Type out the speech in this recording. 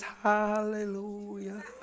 hallelujah